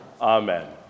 Amen